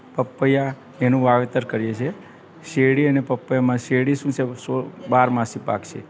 પપૈયા એનું વાવેતર કરીએ છે શેરડી અને પપૈયામાં શેરડી શું છે બાર માસી પાક છે